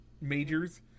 majors